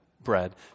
bread